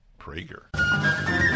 Prager